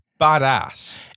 badass